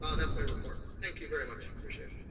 ah that's my report, thank you very much, appreciate it.